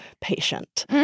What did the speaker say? patient